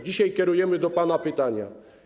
Dzisiaj kierujemy do pana pytania.